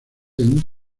end